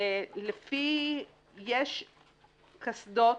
יש קסדות,